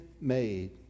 made